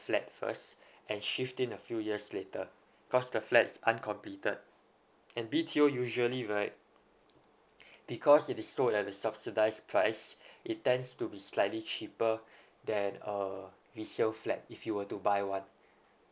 flat first and shift in a few years later because the flat is uncompleted and B_T_O usually right because it is sold at a subsidise price it tends to be slightly cheaper than a resale flat if you were to buy one